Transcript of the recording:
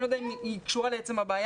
אבל אני לא יודע אם היא קשורה לעצם הבעיה.